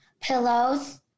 Pillows